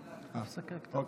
אוקיי.